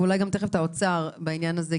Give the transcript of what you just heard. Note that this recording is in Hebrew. ואולי גם תכף את האוצר בעניין הזה,